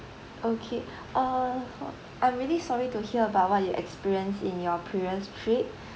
okay uh ho~ I'm really sorry to hear about what you experienced in your previous trip